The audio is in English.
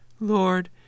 Lord